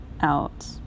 out